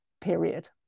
period